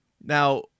now